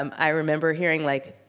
um i remember hearing like,